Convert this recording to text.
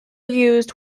used